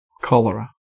Cholera